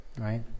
right